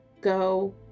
go